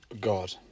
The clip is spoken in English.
God